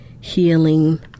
healing